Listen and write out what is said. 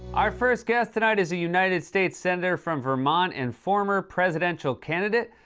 our first guest tonight is a united states senator from vermont and former presidential candidate.